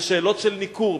בשאלות של ניכור,